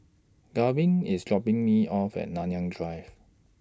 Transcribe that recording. Garvin IS dropping Me off At Nanyang Drive